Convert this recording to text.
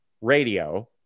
radio